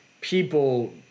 people